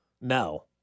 no